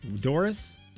Doris